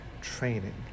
Training